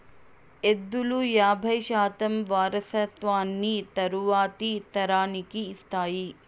ఎద్దులు యాబై శాతం వారసత్వాన్ని తరువాతి తరానికి ఇస్తాయి